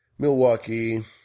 Milwaukee